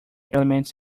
elements